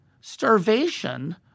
starvation